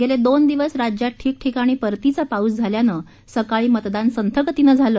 गेले दोन दिवस राज्यात ठिकठिकाणी परतीचा पाऊस झाल्यानं सकाळी मतदान संथगतीनं झालं